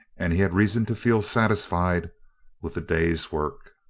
and he had reason to feel satisfied with the day's work.